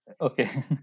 okay